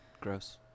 gross